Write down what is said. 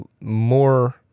more